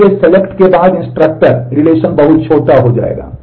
इसलिए सेलेक्ट बहुत छोटा हो जाएगा